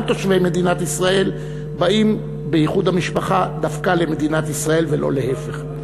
תושבי מדינת ישראל באים באיחוד המשפחה דווקא למדינת ישראל ולא להפך.